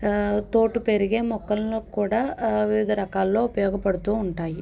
తోటు పెరిగే మొక్కలను కూడా వివిధ రకాల్లో ఉపయోగపడుతూ ఉంటాయి